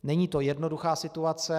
Není to jednoduchá situace.